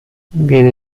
viene